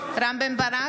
רם בן ברק,